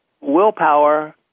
willpower